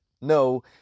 No